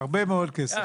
הרבה מאוד כסף.